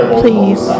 please